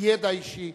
מידע אישי.